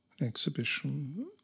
exhibition